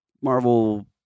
Marvel